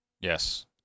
Yes